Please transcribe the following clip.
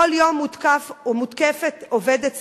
כל יום מותקף, או מותקפת עובדת סוציאלית.